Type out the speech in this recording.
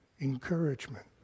encouragement